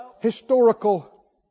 Historical